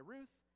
Ruth